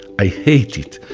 i hate it!